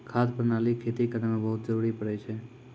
खाद प्रणाली खेती करै म बहुत जरुरी पड़ै छै